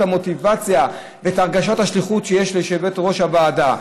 המוטיבציה ואת הרגשת השליחות שיש ליושבת-ראש הוועדה.